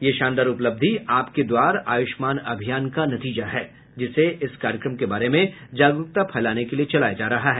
यह शानदार उपलब्धि आपके द्वार आयुष्मान अभियान का नतीजा है जिसे इस कार्यक्रम के बारे में जागरूकता फैलाने के लिए चलाया जा रहा है